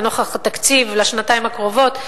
לנוכח התקציב לשנתיים הקרובות,